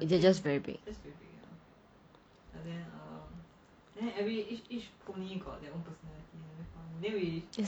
is it just very big is